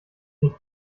nicht